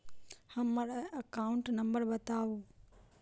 हम्मर account number बताऊ?